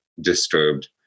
disturbed